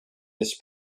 this